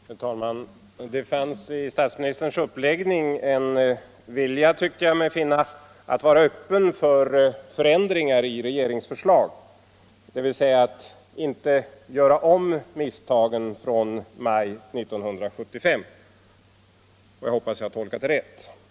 Herr talman! Det fanns i statsministerns uppläggning en vilja, tyckte jag mig finna, att vara öppen för förändringar i regeringsförslag, dvs. att inte göra om misstagen från maj 1975. Jag hoppas jag har tolkat det rätt.